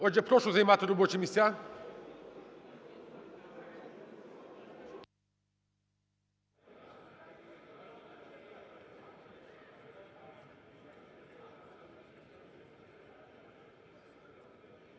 Отже, прошу займати робочі місця.